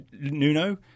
Nuno